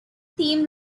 theme